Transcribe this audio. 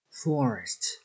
Forest